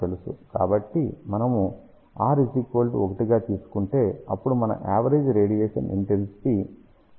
కాబట్టి మనము r 1 గా తీసుకుంటే అప్పుడు మన యావరేజ్ రేడియేషన్ ఇంటెన్సిటీ Prad4π గా చెప్పగలము